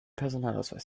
personalausweis